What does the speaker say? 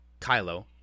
Kylo